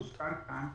כמו שהוזכר כאן,